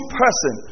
person